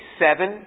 seven